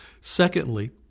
Secondly